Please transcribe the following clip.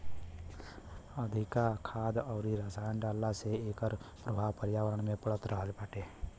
अधिका खाद अउरी रसायन डालला से एकर प्रभाव पर्यावरण पे पड़त बाटे